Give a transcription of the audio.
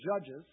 Judges